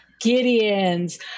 Gideon's